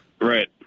Right